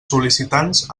sol·licitants